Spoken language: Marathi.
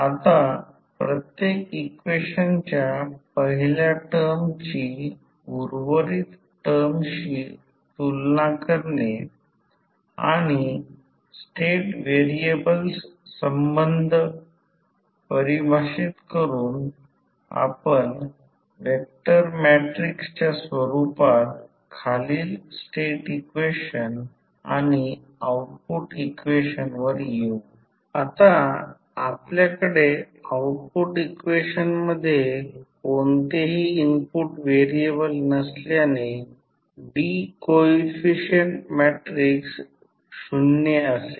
आता प्रत्येक इक्वेशनच्या पहिल्या टर्मची उर्वरित टर्मशी तुलना करणे आणि स्टेट व्हेरिएबल्स संबंध परिभाषित करून आपण व्हेक्टर मॅट्रिक्स स्वरूपात खालील स्टेट इक्वेशन आणि आउटपुट इक्वेशनवर येऊ आता आपल्याकडे आउटपुट इक्वेशन मध्ये कोणतेही इनपुट व्हेरिएबल नसल्याने D कोइफिसिएंट मॅट्रिक्स 0 असेल